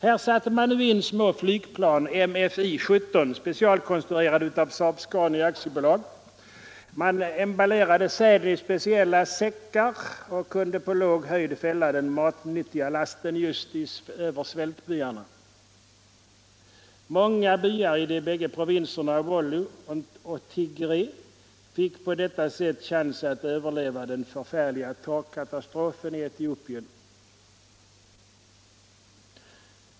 Här satte man nu in små flygplan, MFI 17, specialkonstruerade av SAAB-Scania AB. Man emballerade säd i speciella säckar och kunde från låg höjd fälla den matnyttiga lasten just över svältbyarna. Många byar i de bägge provinserna Wollo och Tigré fick på detta sätt chans att överleva den förfärliga torkkatastrofen i Etiopien.